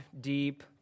deep